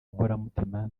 inkoramutima